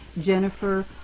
Jennifer